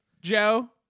Joe